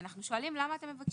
אנחנו שואלים, למה אתם מבקשים